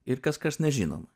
ir kas kas nežinoma